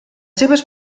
seves